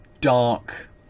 dark